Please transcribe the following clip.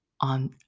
on